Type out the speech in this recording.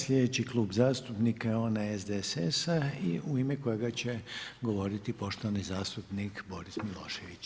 Sljedeći klub zastupnika je onaj SDSS-a i u ime kojega će govoriti poštovani zastupnik Boris Milošević.